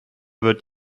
wird